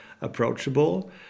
approachable